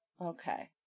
Okay